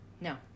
No